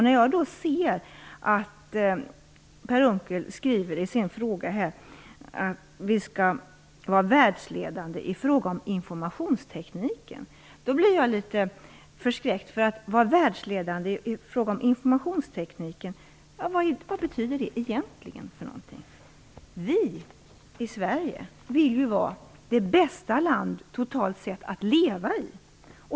När jag då ser att Per Unckel skriver i sin fråga att vi skall vara världsledande i fråga om informationstekniken blir jag litet förskräckt. Att vara världsledande i fråga om informationstekniken, vad betyder det egentligen för någonting? Vi vill ju att Sverige totalt sett skall vara det bästa landet att leva i.